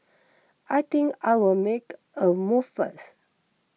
I think I'll make a move first